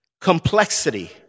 complexity